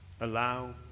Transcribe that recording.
allow